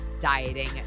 dieting